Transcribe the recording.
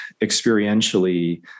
experientially